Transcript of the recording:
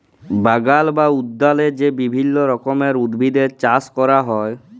বাগাল বা উদ্যালে যে বিভিল্য রকমের উদ্ভিদের চাস ক্যরা হ্যয়